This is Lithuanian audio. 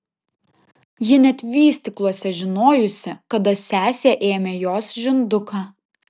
ji net vystykluose žinojusi kada sesė ėmė jos žinduką